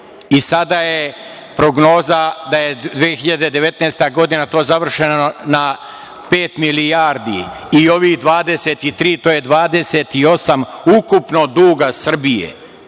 I sada je prognoza da je 2019. godine to završeno na pet milijardi, i ovih 23, to je 28 ukupno duga Srbije.